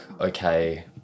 okay